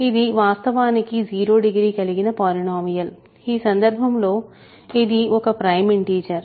ఇది వాస్తవానికి 0 డిగ్రీ కలిగిన పాలినోమియల్ ఈ సందర్భంలో ఇది ఒక ప్రైమ్ ఇంటిజర్